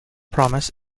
promise